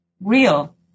real